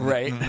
Right